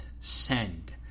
send